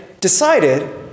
decided